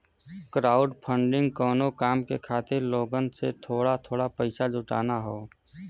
crowdfunding कउनो काम के खातिर लोगन से थोड़ा थोड़ा पइसा जुटाना हौ